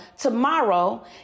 tomorrow